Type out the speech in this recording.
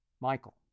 Michael